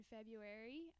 February